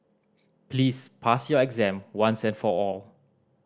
please pass your exam once and for all